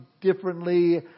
differently